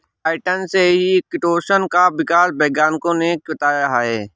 chitin से ही chitosan का विकास वैज्ञानिकों ने बताया है